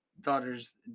daughter's